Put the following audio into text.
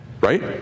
Right